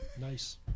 Nice